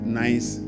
nice